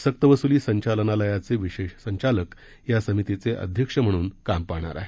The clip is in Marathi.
सक्तवसुली संचालनालयाचे विशेष संचालक या समितीचे अध्यक्ष म्हणून काम पाहणार आहेत